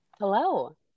Hello